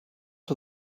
are